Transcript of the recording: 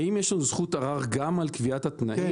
האם יש לו זכות ערר גם על קביעת התנאים?